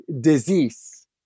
disease